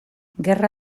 gerra